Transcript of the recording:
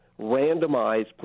randomized